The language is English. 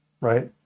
right